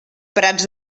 prats